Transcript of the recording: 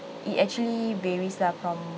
it actually varies lah from